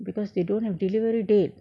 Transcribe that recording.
because they don't have delivery date